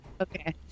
Okay